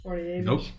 nope